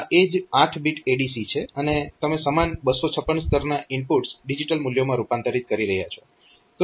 આ એ જ 8 બીટ ADC છે અને તમે સમાન 256 સ્તરના ઇનપુટ્સ ડિજીટલ મૂલ્યોમાં રૂપાંતરીત કરી રહ્યાં છો